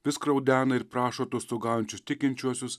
vis graudena ir prašo atostogaujančius tikinčiuosius